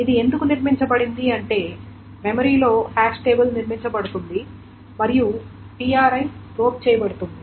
ఇది ఎందుకు నిర్మించబడింది అంటే మెమరీలో హ్యాష్ టేబుల్ నిర్మించబడుతుంది మరియు tri ప్రోబ్ చేయబడుతుంది